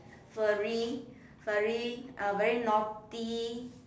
furry furry uh very naughty